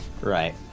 Right